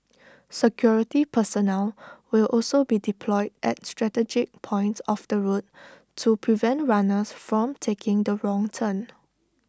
security personnel will also be deployed at strategic points of the route to prevent runners from taking the wrong turn